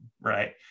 right